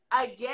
again